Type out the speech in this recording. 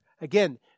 Again